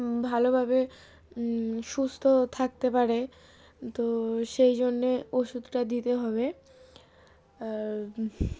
ভালোভাবে সুস্থ থাকতে পারে তো সেই জন্যে ওষুধটা দিতে হবে আর